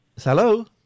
Hello